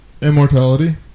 immortality